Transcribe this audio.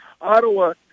Ottawa